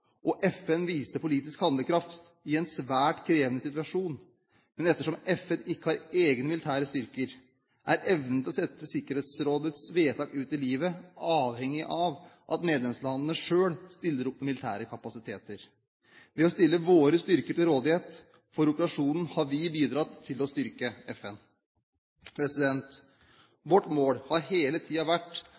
FN viste politisk handlekraft i en svært krevende situasjon. Men ettersom FN ikke har egne militære styrker, er evnen til å sette Sikkerhetsrådets vedtak ut i livet avhengig av at medlemslandene selv stiller opp med militær kapasitet. Ved å stille våre styrker til rådighet for operasjonen har vi bidratt til å styrke FN. Vårt mål har hele tiden vært